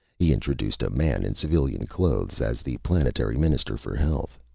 he introduced a man in civilian clothes as the planetary minister for health.